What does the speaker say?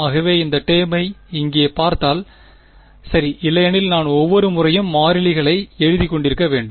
ஆகவே இந்த டெர்மை இங்கே பார்த்தால் சரி இல்லையெனில் நான் ஒவ்வொரு முறையும் மாறிலிகளை எழுதிக் கொண்டிருக்க வேண்டும்